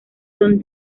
son